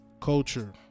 Culture